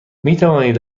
میتوانید